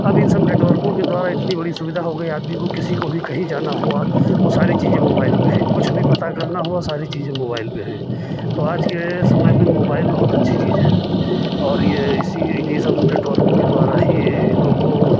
अब इन सब नेटवर्कों के द्वारा इतनी बड़ी सुविधा हो गई आदमी को किसी को भी कहीं जाना हुआ ओ सारी चीज़ें मोबाइल पे हैं कुछ भी पता करना होगा सारी चीज़ें मोबाइल पे हैं तो आज के समय में मोबाइल बहुत अच्छी चीज है और ये इसी इन्हीं सब नेटवर्कों के द्वारा ही ये लोगों